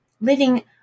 living